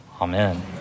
Amen